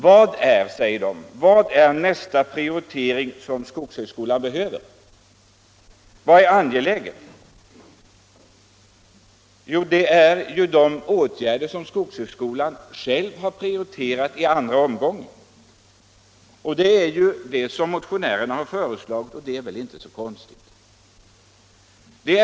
Vi säger: Vad är nästa prioritering som skogshögskolan behöver? Vad är angeläget? Jo, det är de åtgärder som skogshögskolan själv har prioriterat i andra omgången. Det är också vad vi motionärer har föreslagit, och det är väl inte så konstigt.